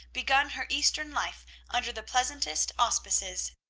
begun her eastern life under the pleasantest auspices.